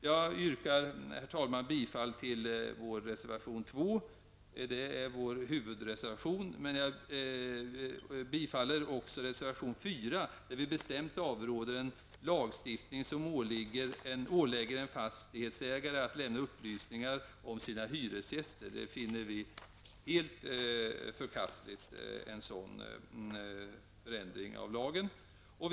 Jag yrkar, herr talman, bifall till vår reservation 2. Det är vår huvudreservation. Jag yrkar också bifall till reservation 4, där vi avråder från en lagstiftning som ålägger en fastighetsägare att lämna upplysningar om sina hyresgäster. En sådan förändring av lagen finner vi helt förkastlig.